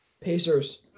Pacers